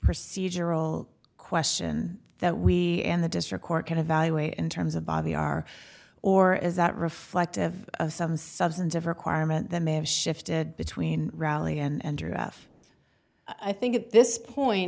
procedural question that we and the district court can evaluate in terms of by the are or is that reflective of some substantive requirement that may have shifted between rally and giraffe i think at this point